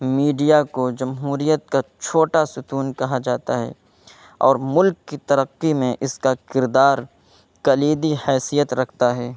media کو جمہوریت کا چھوٹا ستون کہا جاتا ہے اور ملک کی ترقی میں اس کا کردار کلیدی حیثیت رکھتا ہے